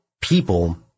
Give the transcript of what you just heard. people